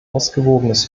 ausgewogenes